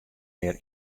mear